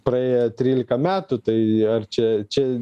praėję trylika metų tai ar čia čia